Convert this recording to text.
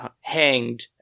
hanged